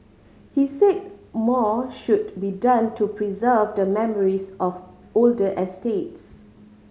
he said more should be done to preserve the memories of older estates